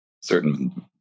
certain